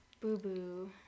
boo-boo